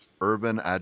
urban